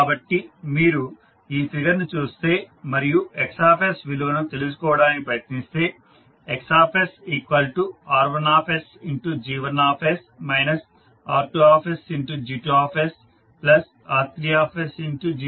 కాబట్టి మీరు ఈ ఫిగర్ ను చూస్తే మరియు X విలువను తెలుసుకోవడానికి ప్రయత్నిస్తే X R1 G1 R2 G2 R3 G3 అవుతుంది